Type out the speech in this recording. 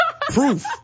proof